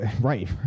right